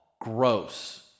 Gross